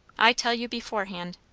i tell you beforehand.